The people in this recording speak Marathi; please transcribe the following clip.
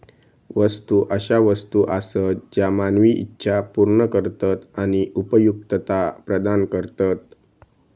वस्तू अशा वस्तू आसत ज्या मानवी इच्छा पूर्ण करतत आणि उपयुक्तता प्रदान करतत